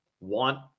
want